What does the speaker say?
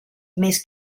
més